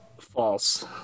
false